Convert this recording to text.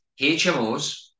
HMOs